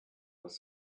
was